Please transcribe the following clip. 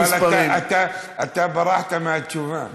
אבל אתה ברחת מהתשובה.